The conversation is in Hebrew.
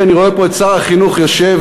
כי אני רואה פה את שר החינוך יושב,